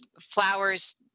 flowers